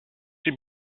she